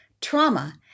trauma